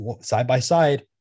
side-by-side